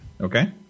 Okay